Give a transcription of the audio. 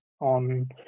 on